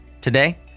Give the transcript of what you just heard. Today